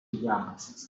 pajamas